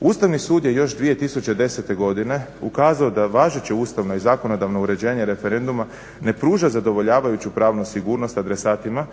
Ustavni sud je još 2010. godine ukazao da važeće ustavno i zakonodavno uređenje referenduma ne pruža zadovoljavajuću pravnu sigurnost adresatima